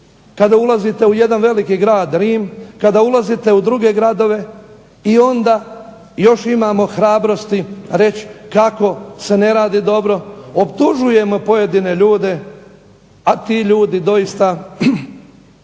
kada ulazite u jedan veliki grad Rim, kada ulazite u druge gradove i onda još imamo hrabrosti reći kako se ne radi dobro, optužujemo pojedine ljude, a ti ljudi doista